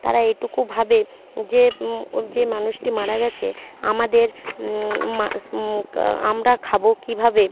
তারা এটুকু ভাবে যে ও যে মানুষটি মারা গিয়েছে আমাদের মা স্ কা আমরা খাব কীভাবে